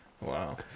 Wow